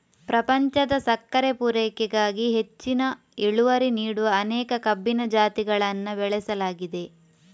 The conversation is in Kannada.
ಪ್ರಪಂಚದ ಸಕ್ಕರೆ ಪೂರೈಕೆಗಾಗಿ ಹೆಚ್ಚಿನ ಇಳುವರಿ ನೀಡುವ ಅನೇಕ ಕಬ್ಬಿನ ಜಾತಿಗಳನ್ನ ಬೆಳೆಸಲಾಗಿದೆ